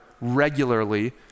regularly